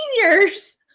seniors